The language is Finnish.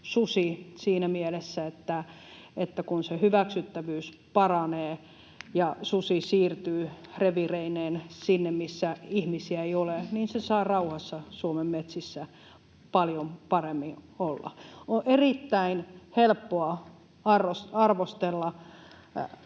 susi siinä mielessä, että kun se hyväksyttävyys paranee ja susi siirtyy reviireineen sinne, missä ihmisiä ei ole, niin se saa rauhassa Suomen metsissä paljon paremmin olla. On erittäin helppoa arvostella